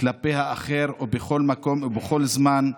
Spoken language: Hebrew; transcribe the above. כלפי האחר היא בכל מקום ובכל זמן,